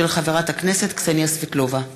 של חברת הכנסת קסניה סבטלובה.